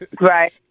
Right